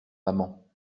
maman